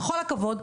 בכל הכבוד,